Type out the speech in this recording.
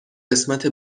قسمت